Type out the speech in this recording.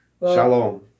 Shalom